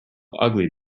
ugly